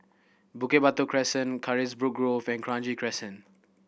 Bukit Batok Crescent Carisbrooke Grove and Kranji Crescent